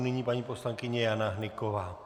Nyní paní poslankyně Jana Hnyková.